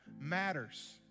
matters